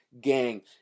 gang